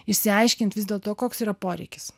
išsiaiškint vis dėl to koks yra poreikis